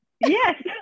yes